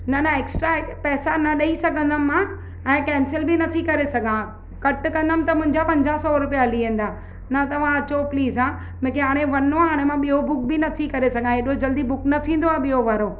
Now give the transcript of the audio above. न न एक्स्ट्रा पैसा न ॾेई सघंदमि मां हाणे कैंसिल बि न थी करे सघां कट कंदमि त मुंहिंजा पंजाह सौ रुपया हली वेंदा न तव्हां अचो प्लीज़ हा मूंखे हाणे वञिणो आहे ॿियो बुक बि न थी करे सघां हेॾो जल्दी बुक न थींदो आहे ॿियो वारो